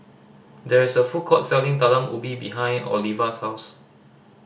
there is a food court selling Talam Ubi behind Ovila's house